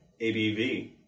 ABV